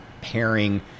pairing